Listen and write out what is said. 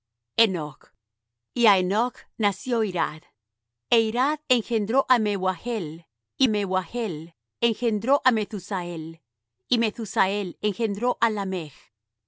y á henoch nació irad é irad engendró á mehujael y mehujael engendró á methusael y methusael engendró á lamech